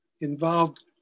involved